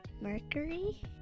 Mercury